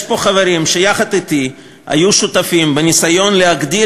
יש פה חברים שיחד אתי היו שותפים בניסיון להגדיל